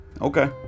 Okay